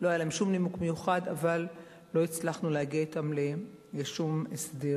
לא היה להם שום נימוק מיוחד אבל לא הצלחנו להגיע אתם לשום הסדר